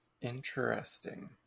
interesting